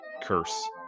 curse